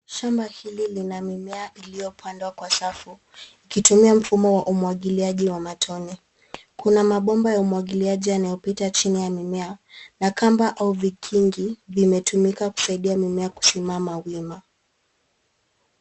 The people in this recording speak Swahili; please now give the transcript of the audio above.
Shamba hili lina mimea iliyopandwa kwa safu, ikitumia mfumo wa umwagiliaji wa matone. Kuna mabomba ya umwagiliaji yanayopita chini ya mimea na kamba au vikingi vimetumika kusaidia mimea kusimama wima.